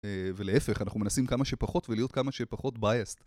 ולהפך אנחנו מנסים כמה שפחות ולהיות כמה שפחות biased